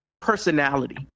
personality